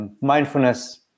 Mindfulness